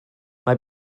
mae